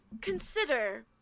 consider